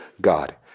God